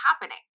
happening